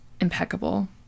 impeccable